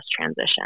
transition